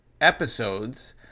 episodes